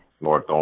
North